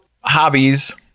hobbies